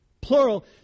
plural